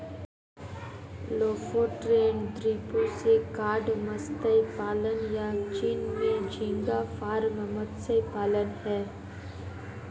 Lofoten द्वीपों से cod मत्स्य पालन, या चीन में झींगा फार्म मत्स्य पालन हैं